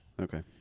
Okay